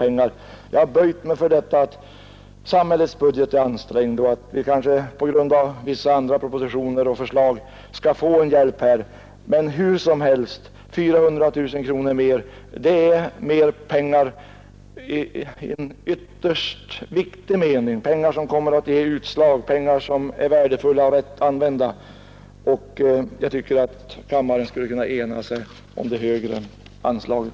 Men jag böjer mig för argumentet att samhällsekonomin är ansträngd. Vi får väl också någon hjälp genom andra propositioner och förslag. Men dessa 400 000 kronor är i vilket fall som helst ytterst viktiga. De pengarna skulle komma att ge utslag, de vore mycket värdefulla och rätt använda. Jag tycker därför att kammaren skulle kunna ena sig om det högre anslaget.